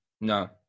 No